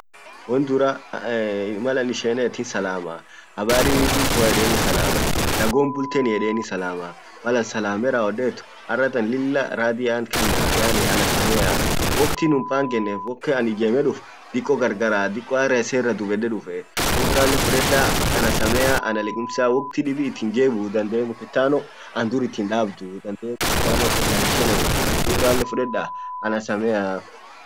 won duraa malan ishenet hinsalamaa habarii bultoa edani salam nagom bultenii edeni salamaa malan salame rawwodet arratan lilla radhi ant kanna yaani anasamea wokti nun pangenet wokti an ijeme duf diko gargaraa diko arra iserra dubbede dufe dub ralle fudeda anasamea analikimsa wokti dibi itin jebbiu mkutano an dur itin dabduu dande mkutano irra hinchelewwu dub ralle fudeda anasamea